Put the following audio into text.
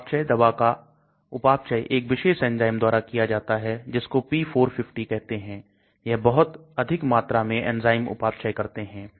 उपापचय दवा का उपापचय एक विशेष एंजाइम द्वारा किया जाता है जिसको p450 कहते हैं यह बहुत अधिक मात्रा में एंजाइम उपापचय करते हैं